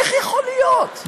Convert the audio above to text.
איך יכול להיות?